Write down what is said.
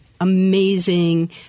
amazing